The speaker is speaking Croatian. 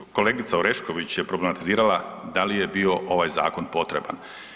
Dakle, kolegica Orešković je problematizirala da li je bio ovaj zakon potreban.